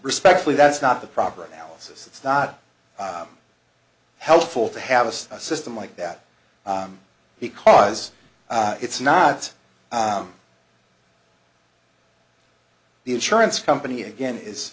respectfully that's not the proper analysis it's not helpful to have a system like that because it's not the insurance company again is